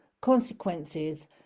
consequences